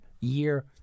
year